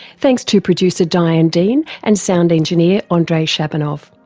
thanks to producer diane dean, and sound engineer ah andrei shabunov.